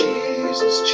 Jesus